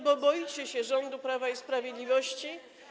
bo boicie się rządu Prawa i Sprawiedliwości.